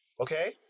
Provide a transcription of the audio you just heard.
okay